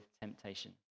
temptation